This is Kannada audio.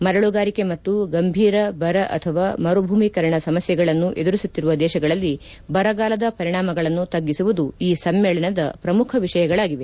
ಮರಳುಗಾರಿಕೆ ಮತ್ತು ಗಂಭೀರ ಬರ ಅಥವಾ ಮರುಭೂಮೀಕರಣ ಸಮಸ್ನೆಗಳನ್ನು ಎದುರಿಸುತ್ತಿರುವ ದೇಶಗಳಲ್ಲಿ ಬರಗಾಲದ ಪರಿಣಾಮಗಳನ್ನು ತಗ್ಗಿಸುವುದು ಈ ಸಮ್ಮೇಳನದ ಪ್ರಮುಖ ವಿಷಯಗಳಾಗಿವೆ